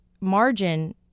margin